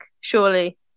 Surely